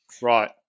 Right